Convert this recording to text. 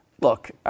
Look